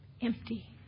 empty